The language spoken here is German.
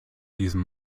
diesem